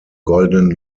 goldenen